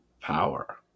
power